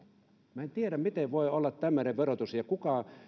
minä en tiedä miten voi olla tämmöinen verotus eikö kukaan